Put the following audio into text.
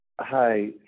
Hi